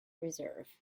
reserve